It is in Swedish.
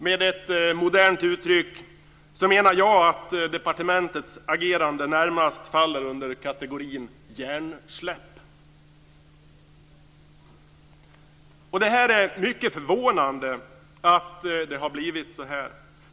Med ett modernt uttryck menar jag att departementets agerande närmast faller under kategorin hjärnsläpp. Det är mycket förvånande att det har blivit så här.